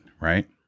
right